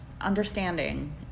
understanding